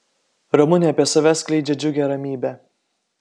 ramunė apie save skleidžia džiugią ramybę